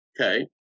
Okay